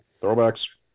Throwbacks